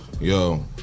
Yo